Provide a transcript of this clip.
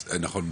נכון,